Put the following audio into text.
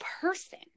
person